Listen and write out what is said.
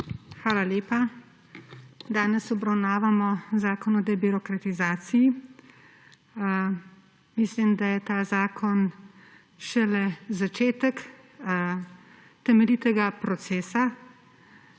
Hvala lepa. Danes obravnavamo zakon o debirokratizaciji. Mislim, da je ta zakon šele začetek temeljitega procesa,